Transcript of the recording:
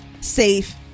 safe